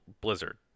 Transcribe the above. blizzard